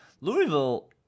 Louisville